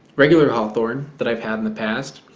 regular hawthorne that i've had in the past